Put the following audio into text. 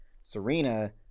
Serena